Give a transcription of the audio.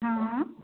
हँ हँ